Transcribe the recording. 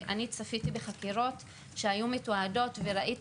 אני צפיתי בחקירות שהיו מתועדות וראיתי